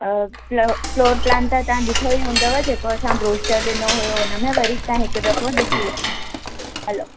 flaw floor plan त तव्हां ॾिठो ई हूंदव जेको असां ब्रॉशर ॾिनो हुयो हुन में वरी तव्हां हिकु दफ़ो ॾिसी वठो हलो